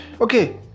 okay